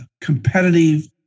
competitive